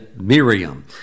Miriam